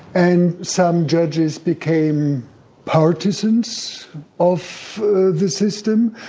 and some judges became partisans of the system,